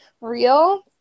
real